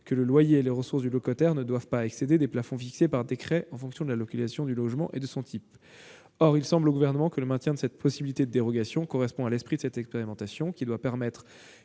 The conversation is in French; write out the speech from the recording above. que le loyer et les ressources du locataire ne doivent pas excéder des plafonds fixés par décret en fonction de la localisation du logement et de son type. Or il semble au Gouvernement que le maintien de la possibilité de dérogation correspond à l'esprit de cette expérimentation qui doit permettre